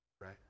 Right